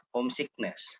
homesickness